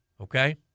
Okay